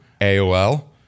AOL